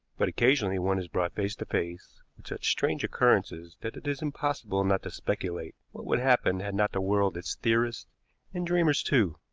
but occasionally one is brought face to face with such strange occurrences that it is impossible not to speculate what would happen had not the world its theorists and dreamers too.